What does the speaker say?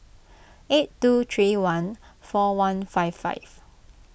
eight two three one four one five five